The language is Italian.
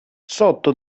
sotto